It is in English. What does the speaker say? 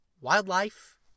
wildlife